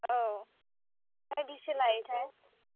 औ ओमफ्राय बेसे लायोथाय